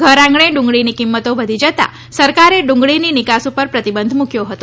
ઘર આંગળે ડુંગળીની કિંમતો વધી જતા સરકારે ડુંગળીની નિકાસ ઉપર પ્રતિબંધ મૂક્યો હતો